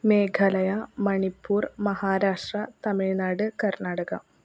Meghalaya Manipur Maharashtra Tamil Nadu Karnataka